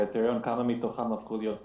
הקריטריון הוא כמה מתוכם הפכו להיות מאומתים.